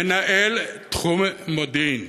מנהל תחום מודיעין.